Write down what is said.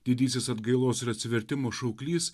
didysis atgailos ir atsivertimo šauklys